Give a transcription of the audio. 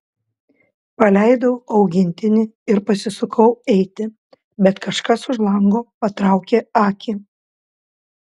paleidau augintinį ir pasisukau eiti bet kažkas už lango patraukė akį